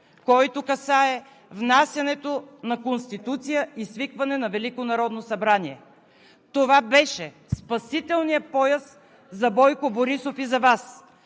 който касае внасянето на Конституция и свикване на Велико народно събрание. Това беше спасителният пояс за Бойко Борисов и за Вас.